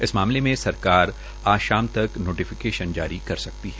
इस मामले में सरकार आज शाम तक नोटिफिकेशन जारी कर सकती है